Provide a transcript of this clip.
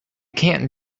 can’t